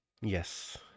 Yes